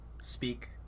speak